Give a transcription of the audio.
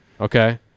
Okay